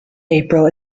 april